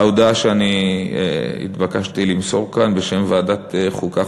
ההודעה שהתבקשתי למסור כאן בשם ועדת החוקה,